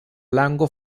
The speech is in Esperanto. lango